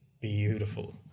beautiful